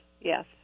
yes